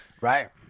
right